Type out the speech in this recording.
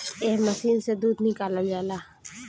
एह मशीन से दूध निकालल जाला